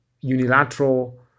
unilateral